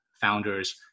founders